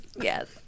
Yes